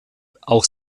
auch